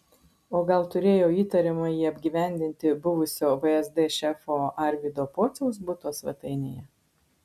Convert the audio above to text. o gal turėjo įtariamąjį apgyvendinti buvusio vsd šefo arvydo pociaus buto svetainėje